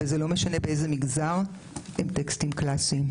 וזה לא משנה באיזה מגזר הם טקסטים קלאסיים,